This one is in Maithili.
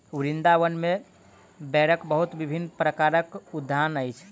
वृन्दावन में बेरक बहुत विभिन्न प्रकारक उद्यान अछि